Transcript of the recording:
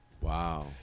Wow